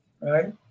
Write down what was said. right